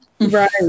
Right